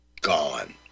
gone